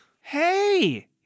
Hey